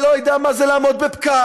ולא יודע מה זה לעמוד בפקק,